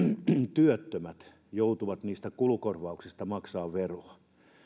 työttömät joutuvat niistä kulukorvauksista maksamaan veroa